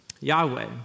Yahweh